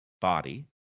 body